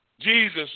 Jesus